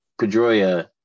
Pedroia